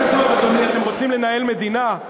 עם אופוזיציה כזאת אתם רוצים לנהל מדינה?